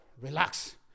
relax